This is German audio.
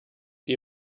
die